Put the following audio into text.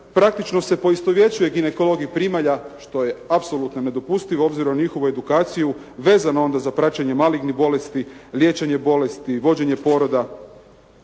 praktično se poistovjećuje ginekolog i primalja što je apsolutno nedopustivo obzirom na njihovu edukaciju vezano onda za praćenje malignih bolesti, liječenje bolesti, vođenje poroda.